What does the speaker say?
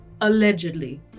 allegedly